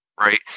right